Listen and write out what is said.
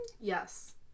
Yes